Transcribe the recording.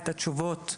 את התשובות.